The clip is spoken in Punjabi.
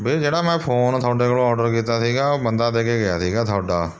ਵੀਰੇ ਜਿਹੜਾ ਮੈਂ ਫੋਨ ਤੁਹਾਡੇ ਕੋਲ਼ੋਂ ਔਡਰ ਕੀਤਾ ਸੀਗਾ ਉਹ ਬੰਦਾ ਦੇ ਕੇ ਗਿਆ ਸੀਗਾ ਤੁਹਾਡਾ